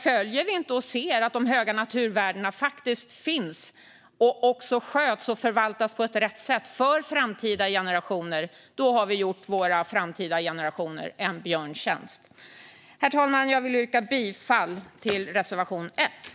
Följer vi inte detta och ser att de höga naturvärdena faktiskt finns och att de sköts och förvaltas på rätt sätt har vi gjort våra framtida generationer en björntjänst. Herr talman! Jag vill yrka bifall till reservation l.